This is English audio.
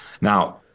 Now